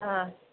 ಹಾಂ